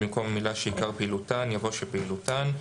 במקום המילים "שעיקר פעילותן" יבוא: "שפעילותן".